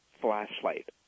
flashlight